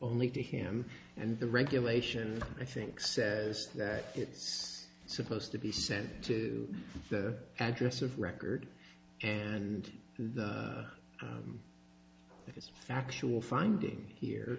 only to him and the regulation i think says that it's supposed to be sent to the address of record and it is factual finding here